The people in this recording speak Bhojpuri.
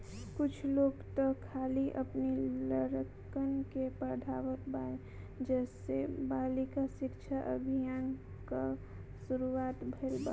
कुछ लोग तअ खाली अपनी लड़कन के पढ़ावत बाने जेसे बालिका शिक्षा अभियान कअ शुरुआत भईल